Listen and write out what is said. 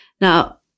Now